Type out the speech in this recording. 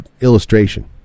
illustration